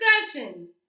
discussion